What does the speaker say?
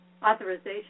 Authorization